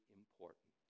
important